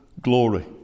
glory